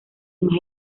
más